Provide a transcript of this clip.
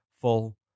full